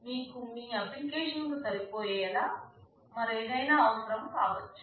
మీకు మీ మీ అప్లికేషన్ కు సరిపోయేలా మరేదైనా అవసరం కావచ్చు